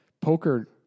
poker